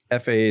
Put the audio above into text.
FAA